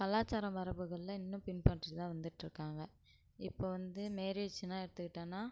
கலாச்சார மரபுகளெலாம் இன்னும் பின்பற்றிதான் வந்துகிட்டு இருக்காங்க இப்போ வந்து மேரேஜ்ன்னு எடுத்துக்கிட்டனால்